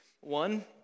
One